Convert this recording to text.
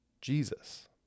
Jesus